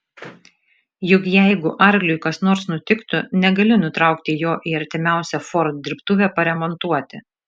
juk jeigu arkliui kas nors nutiktų negali nutraukti jo į artimiausią ford dirbtuvę paremontuoti